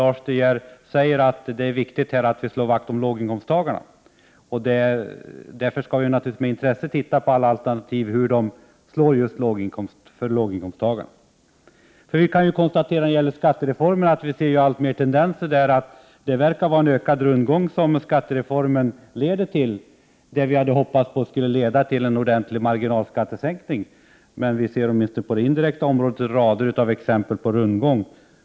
1988/89:110 jag, att Lars De Geer säger att det är viktigt att vi slår vakt om 9 maj 1989 låginkomsttagarna. Därför skall vi naturligtvis med intresse se hur alla alternativ slår just för dem. Vi ser ju alltmer tendenser som tyder på att skattereformen leder till en ökad rundgång. Vi hade hoppats att en reform skulle leda till en ordentlig marginalskattesänkning, men vi ser åtminstone på det indirekta området rader av exempel på rundgång.